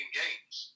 games